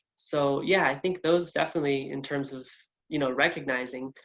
so yeah i think those definitely in terms of you know recognizing.